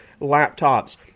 laptops